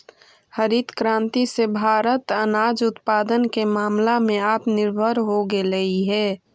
हरित क्रांति से भारत अनाज उत्पादन के मामला में आत्मनिर्भर हो गेलइ हे